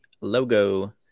logo